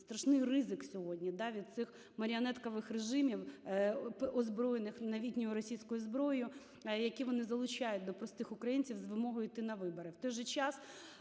страшний ризик сьогодні від цих маріонеткових режимів, озброєних новітньою російською зброєю, яку вони залучають до простих українців з вимогою йти на вибори.